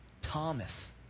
Thomas